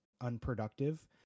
unproductive